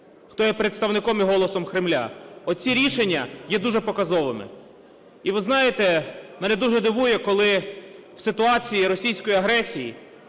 хто є представником і голосом Кремля. Оці рішення є дуже показовими. І ви знаєте, мене дуже дивує, коли в ситуації російської агресії,